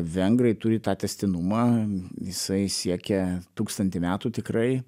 vengrai turi tą tęstinumą jisai siekia tūkstantį metų tikrai